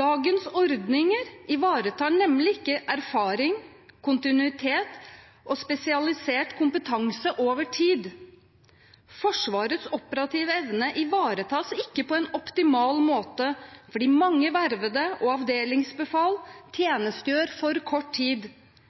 Dagens ordninger ivaretar nemlig ikke erfaring, kontinuitet og spesialisert kompetanse over tid. Forsvarets operative evne ivaretas ikke på en optimal måte, for de mange vervede og avdelingsbefal tjenestegjør i for kort tid